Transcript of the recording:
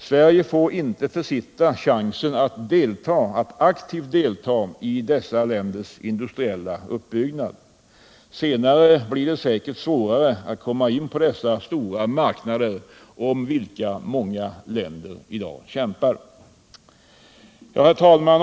Sverige får inte försitta chansen att aktivt delta i dessa länders industriella uppbyggnad. Senare blir det säkerligen svårare att komma in på dessa stora marknader, om vilka många länder i dag kämpar. Herr talman!